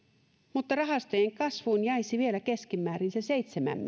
mutta rahastojen kasvuun jäisi vielä keskimäärin se seitsemän